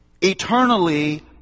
eternally